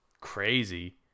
crazy